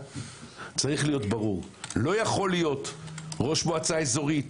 צריך להיות ברור שלא יכול להיות ראש מועצה אזורית